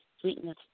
sweetness